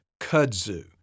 Kudzu